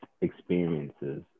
experiences